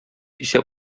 исә